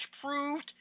proved